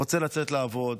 רוצה לצאת לעבוד,